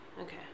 okay